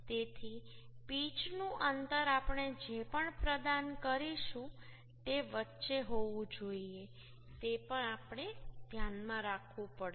તેથી પિચનું અંતર આપણે જે પણ પ્રદાન કરીશું તે વચ્ચે હોવું જોઈએ તે પણ આપણે ધ્યાનમાં રાખવું પડશે